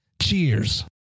Cheers